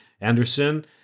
Anderson